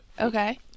Okay